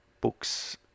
book's